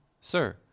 Sir